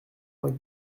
vingt